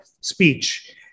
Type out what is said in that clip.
speech